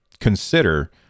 consider